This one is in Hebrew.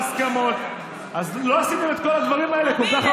עשיתם כלום.